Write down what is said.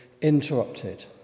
interrupted